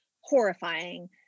horrifying